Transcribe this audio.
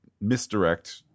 misdirect